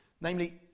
Namely